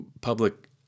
public